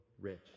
rich